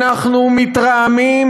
אנחנו מתרעמים,